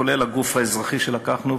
כולל הגוף האזרחי שלקחנו,